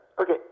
okay